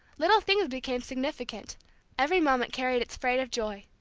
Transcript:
little things became significant every moment carried its freight of joy.